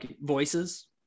voices